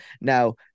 now